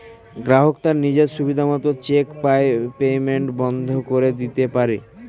গ্রাহক তার নিজের সুবিধা মত চেক পেইমেন্ট বন্ধ করে দিতে পারে